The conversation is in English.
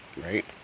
right